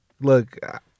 look